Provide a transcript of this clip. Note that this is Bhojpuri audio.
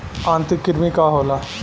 आंतरिक कृमि का होला?